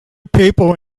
people